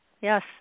Yes